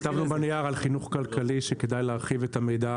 כתבנו בנייר על חינוך כלכלי שכדאי להרחיב את המידע.